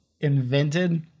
invented